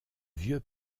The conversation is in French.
vieux